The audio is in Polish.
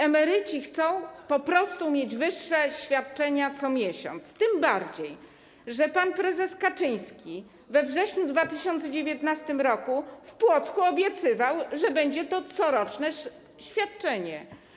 Emeryci chcą po prostu mieć wyższe świadczenia co miesiąc, tym bardziej że pan prezes Kaczyński we wrześniu 2019 r. w Płocku obiecywał, że będzie to coroczne świadczenie.